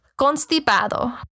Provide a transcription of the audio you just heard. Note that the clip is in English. constipado